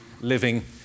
living